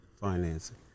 financing